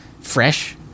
Fresh